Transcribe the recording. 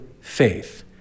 faith